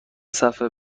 صفحه